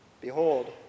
Behold